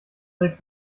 erik